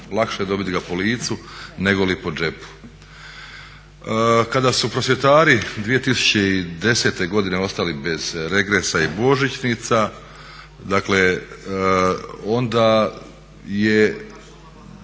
lakše je dobiti ga po licu negoli po džepu. Kada su prosvjetari 2010. godine ostali bez regresa i božićnica, dakle